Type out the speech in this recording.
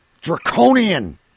Draconian